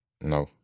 No